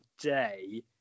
day